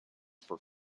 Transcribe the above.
for